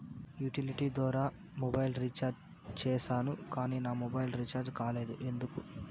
Utility ద్వారా mobile recharge సేసాను కానీ నా మొబైల్ రీచార్జి కాలేదు ఎందుకు?